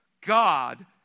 God